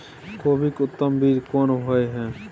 कोबी के उत्तम बीज कोन होय है?